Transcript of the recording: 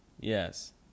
Yes